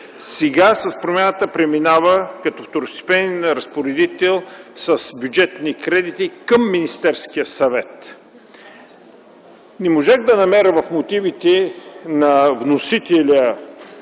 Сега с промяната преминава като второстепенен разпоредител с бюджетни кредити към Министерския съвет. Не можах да намеря в мотивите на вносителя